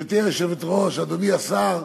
גברתי היושבת-ראש, אדוני השר,